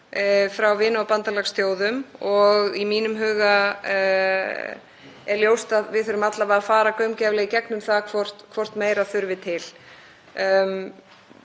frá vina- og bandalagsþjóðum. Í mínum huga er ljóst að við þurfum alla vega að fara gaumgæfilega í gegnum það hvort meira þurfi til.